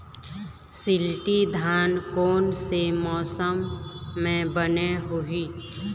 शिल्टी धान कोन से मौसम मे बने होही?